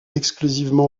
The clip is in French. exclusivement